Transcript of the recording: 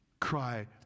cry